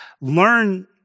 learn